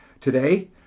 Today